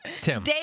tim